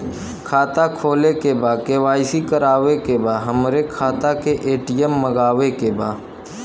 खाता खोले के बा के.वाइ.सी करावे के बा हमरे खाता के ए.टी.एम मगावे के बा?